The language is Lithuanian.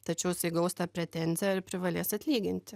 tačiau jisai gaus tą pretenziją ir privalės atlyginti